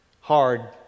hard